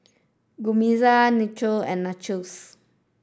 Guacamole Naengmyeon and Nachos